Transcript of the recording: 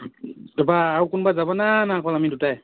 তাপা আৰু কোনোবা যাব নে অকল আমি দুটাই